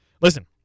Listen